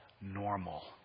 normal